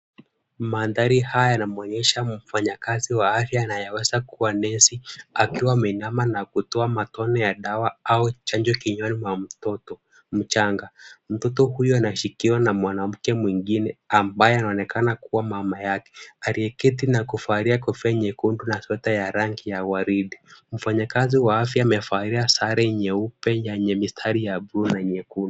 Mandhari haya yanamuonyesha mfanyakazi wa afya anayeweza kuwa nesi, akiwa ameinama na kutoa matone ya dawa au chanjo, kinywani mwa mtoto mchanga. Mtoto huyu anashikiwa na mwanamke mwingine ambaye anaonekana kuwa mama yake, aliyeketi na kuvalia kofia nyekundu na sweta ya rangi ya waridi. Mfanyakazi wa afya amevalia sare nyeupe yenye mistari ya bluu na nyekundu.